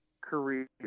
career